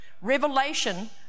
revelation